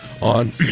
on